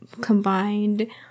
combined